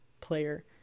player